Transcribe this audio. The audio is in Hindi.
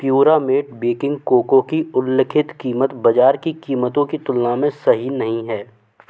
प्युरामेट बेकिंग कोको की उल्लिखित कीमत बाज़ार की कीमतों की तुलना में सही नहीं है